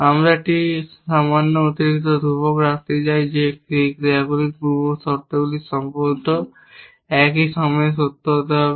আমরা একটি সামান্য অতিরিক্ত ধ্রুবক রাখতে চাই যে সেই ক্রিয়াগুলির পূর্বশর্তগুলি সম্ভবত একই সময়ে সত্য হতে হবে